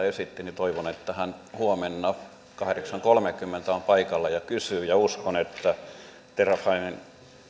ja toivon että edustaja aalto huomenna kahdeksan piste kolmekymmentä on paikalla ja kysyy nämä kysymykset mitä täällä esitti ja uskon että terrafamen